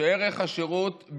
כשערך השירות,